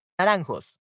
Naranjos